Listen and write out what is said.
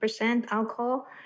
alcohol